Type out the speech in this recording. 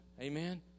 amen